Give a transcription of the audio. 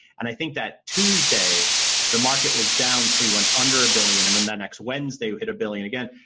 and i think that tuesday the market was down so we went under a billion and then the next wednesday we hit a billion again.